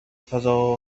فضا